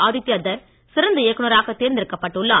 ஆதித்யா தர் சிறந்த இயக்குநராக தேர்ந்தெடுக்கப்பட்டு உள்ளார்